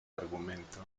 argumento